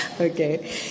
Okay